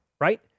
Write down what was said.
right